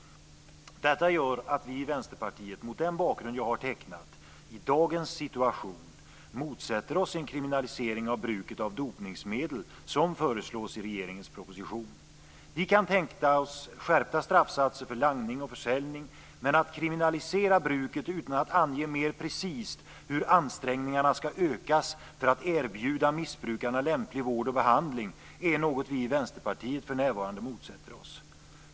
Detta gör att vi i Vänsterpartiet, mot den bakgrund som jag har tecknat, i dagens situation motsätter oss en kriminalisering av bruket av dopningsmedel, som ju föreslås i regeringens proposition. Vi kan tänka oss skärpta straffsatser för langning och försäljning men att kriminalisera bruket utan att mer precist ange hur ansträngningarna skall ökas för att erbjuda missbrukarna lämplig vård och behandling är något som vi i Vänsterpartiet för närvarande motsätter oss.